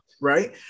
Right